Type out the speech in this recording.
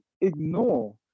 ignore